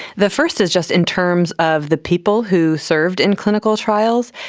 the first is just in terms of the people who served in clinical trials.